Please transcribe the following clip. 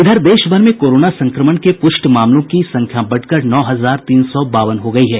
इधर देश भर में कोरोना संक्रमण के प्रष्ट मामलों की संख्या बढ़कर नौ हजार तीन सौ बावन हो गयी है